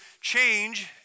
change